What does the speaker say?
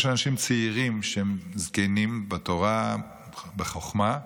יש אנשים צעירים שהם זקנים בתורה, בחוכמה,